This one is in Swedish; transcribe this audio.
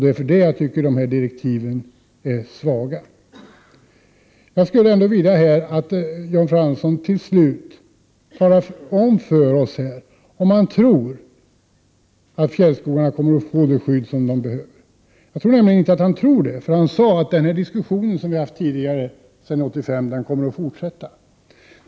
Det är därför jag tycker direktiven är svaga. Jag skulle vilja att Jan Fransson talade om för oss om han tror att fjällskogarna kommer att få det skydd som de behöver. Jag tror nämligen inte att han tror det — han sade att den diskussion vi har haft sedan 1985 kommer att fortsätta.